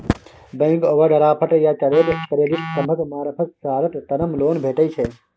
bank overdraft या trade credit सभक मार्फत शॉर्ट टर्म लोन भेटइ छै